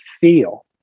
feel